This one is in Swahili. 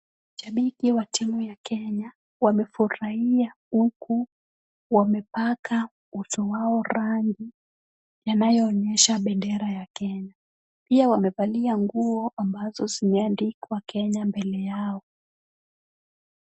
Mashabiki wa timu ya Kenya wamefurahia huku wamepaka uso wao rangi inayoonyesha bendera ya Kenya. Pia wamevalia nguo zilizoandikwa KENYA mbele yao.